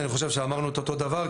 אני חושב שאמרנו את אותו דבר,